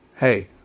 Hey